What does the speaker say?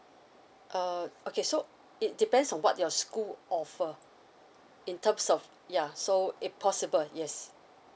uh okay so it depends on what your school offer in terms of ya so it possible yes